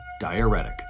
Diuretic